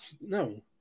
No